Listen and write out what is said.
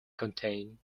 contain